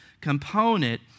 component